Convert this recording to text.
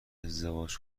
ازدواج